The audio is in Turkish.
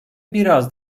biraz